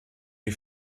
die